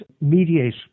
mediate